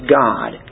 God